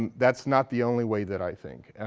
that's not the only way that i think.